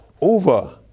over